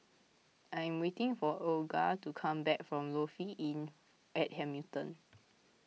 I am waiting for Olga to come back from Lofi Inn at Hamilton